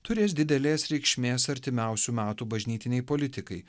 turės didelės reikšmės artimiausių metų bažnytinei politikai